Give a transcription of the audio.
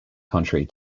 country